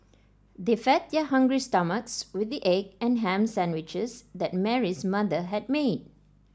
they fed their hungry stomachs with the egg and ham sandwiches that Mary's mother had made